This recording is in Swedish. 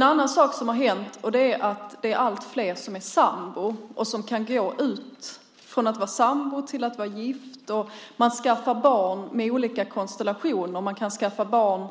En annan sak som har hänt är att allt fler är sambor. Man kan gå från att vara sambo till att vara gift, och man skaffar barn i olika konstellationer. Man kan skaffa barn